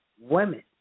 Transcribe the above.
women